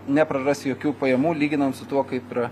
nepraras jokių pajamų lyginant su tuo kaip yra